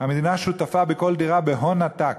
המדינה שותפה בכל דירה בהון עתק.